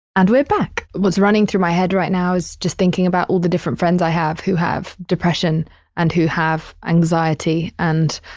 and we're back. what's running through my head right now is just thinking about all the different friends i have who have depression and who have anxiety and,